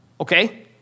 okay